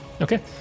Okay